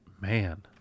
man